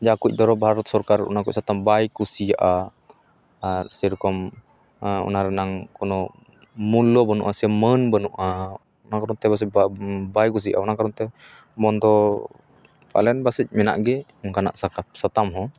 ᱡᱟᱦᱟᱸ ᱠᱚ ᱫᱷᱚᱨᱚ ᱵᱷᱟᱨᱚᱛ ᱥᱚᱨᱠᱟᱨ ᱚᱱᱟ ᱠᱚ ᱥᱟᱛᱟᱢ ᱵᱟᱭ ᱠᱩᱥᱤᱭᱟᱜᱼᱟ ᱟᱨ ᱥᱮᱨᱚᱠᱚᱢ ᱚᱱᱟ ᱨᱮᱱᱟᱜᱝ ᱠᱳᱱᱳ ᱢᱩᱞᱞᱚ ᱵᱟᱹᱱᱩᱜᱼᱟ ᱥᱮ ᱢᱟᱹᱱ ᱵᱟᱹᱱᱩᱜᱼᱟ ᱚᱱᱟ ᱠᱟᱨᱚᱱ ᱛᱮ ᱯᱟᱥᱮᱡ ᱵᱟᱭ ᱠᱩᱥᱤᱭᱟᱜᱼᱟ ᱚᱱᱟ ᱠᱟᱨᱚᱱ ᱛᱮ ᱵᱚᱱᱫᱚ ᱯᱟᱞᱮᱱ ᱯᱟᱥᱮᱡ ᱢᱮᱱᱟᱜ ᱜᱮ ᱚᱱᱠᱟᱱᱟᱜ ᱥᱟᱛᱟᱢ ᱦᱚᱸ